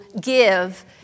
give